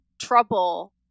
trouble